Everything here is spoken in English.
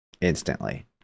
instantly